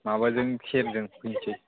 माबाजों खेरजों फैनोसै